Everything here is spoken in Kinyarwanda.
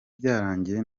byarangiye